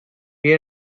que